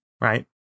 right